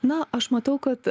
na aš matau kad